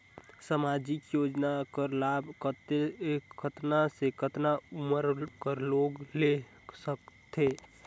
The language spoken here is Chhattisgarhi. समाजिक योजना कर लाभ कतना से कतना उमर कर लोग ले सकथे?